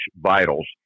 vitals